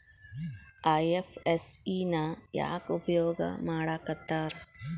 IFSC ನ ಯಾಕ್ ಉಪಯೊಗ್ ಮಾಡಾಕತ್ತಾರ?